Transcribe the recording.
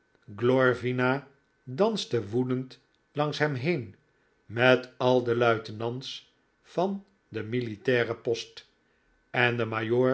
glorvina danste woedend langs hem heen met al de luitenants van den militairen post en de